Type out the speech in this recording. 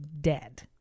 dead